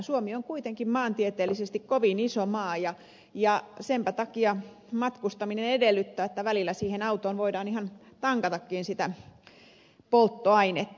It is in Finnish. suomi on kuitenkin maantieteellisesti kovin iso maa ja senpä takia matkustaminen edellyttää että välillä siihen autoon voidaan ihan tankatakin sitä polttoainetta